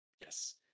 Yes